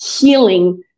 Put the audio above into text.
healing